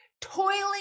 toiling